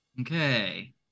Okay